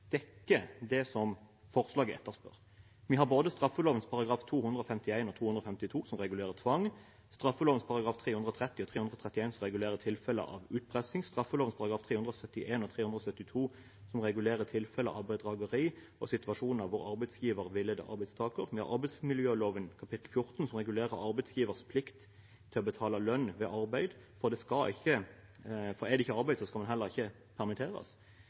dekker det som forslaget etterspør. Vi har både straffeloven §§ 251 og 252, som regulerer tvang, straffeloven §§ 330 og 331, som regulerer tilfeller av utpressing, og straffeloven §§ 371 og 372, som regulerer tilfeller av bedrageri og situasjoner hvor arbeidsgiver villeder arbeidstaker med arbeidsmiljøloven kapittel 14, som regulerer arbeidsgivers plikt til å betale lønn ved arbeid, for er det ikke arbeid, skal man heller ikke permitteres.